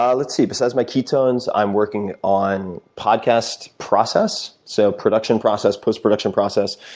um let's see, besides my ketones i'm working on podcast process, so production process plus production process.